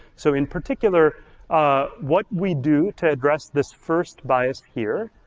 so in particular ah what we do to address this first bias here